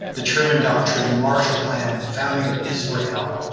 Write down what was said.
the truman doctrine, the marshall plan, the founding of israel.